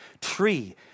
tree